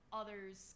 others